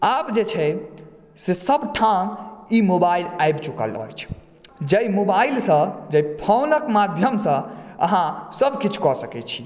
आब जे छै से सबठाम ई मोबाइल आबि चुकल अछि जाहि मोबाइल सॅं जाहि फोनक माध्यम सॅं अहाँ सबकिछु कऽ सकै छी